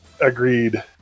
Agreed